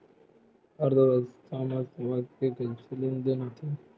अर्थशास्त्र मा सेवा के कइसे लेनदेन होथे?